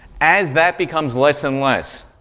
as that becomes less and less,